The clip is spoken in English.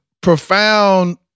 profound